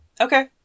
Okay